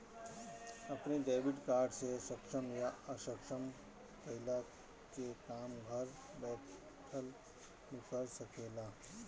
अपनी debit card के सक्षम या असक्षम कईला के काम घर बैठल भी कर सकेला